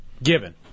Given